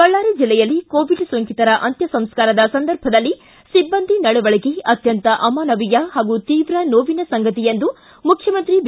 ಬಳ್ಳಾರಿ ಜಿಲ್ಲೆಯಲ್ಲಿ ಕೋವಿಡ್ ಸೋಂಕಿತರ ಅಂತ್ಯ ಸಂಸ್ಕಾರದ ಸಂದರ್ಭದಲ್ಲಿ ಸಿಬ್ಬಂದಿ ನಡವಳಕೆ ಅತ್ಯಂತ ಅಮಾನವೀಯ ಹಾಗೂ ತೀವ್ರ ನೋವಿನ ಸಂಗತಿ ಎಂದು ಮುಖ್ಯಮಂತ್ರಿ ಬಿ